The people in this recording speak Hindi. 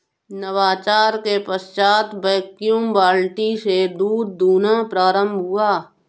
नवाचार के पश्चात वैक्यूम बाल्टी से दूध दुहना प्रारंभ हुआ